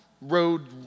road